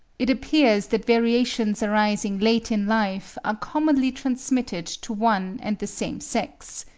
it appears that variations arising late in life are commonly transmitted to one and the same sex.